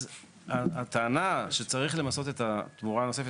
אז הטענה שצריך למסות את התמורה הנוספת,